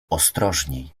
ostrożniej